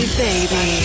baby